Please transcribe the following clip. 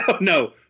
No